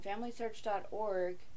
familysearch.org